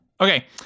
Okay